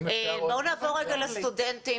בואו נעבור רגע לסטודנטים,